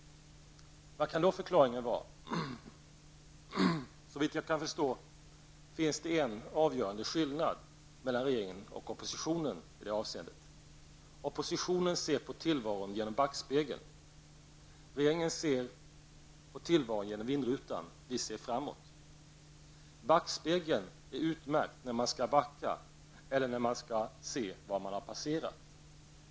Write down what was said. Vad kan då förklaringen vara? Såvitt jag kan förstå finns det i det här avseendet en avgörande skillnad mellan regeringen och oppositionen. Oppositionen ser på tillvaron genom backspegeln. Regeringen ser på tillvaron genom vindrutan; vi ser framåt. Backspegeln är utmärkt när man skall backa eller när man vill se vad man har passerat.